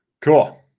cool